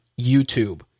YouTube